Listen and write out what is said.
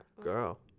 girl